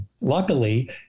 Luckily